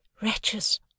Wretches